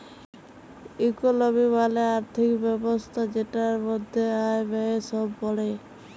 ইকলমি মালে আর্থিক ব্যবস্থা জেটার মধ্যে আয়, ব্যয়ে সব প্যড়ে